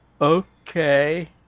Okay